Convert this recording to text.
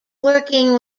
working